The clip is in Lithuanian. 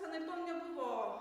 anaiptol nebuvo